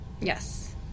Yes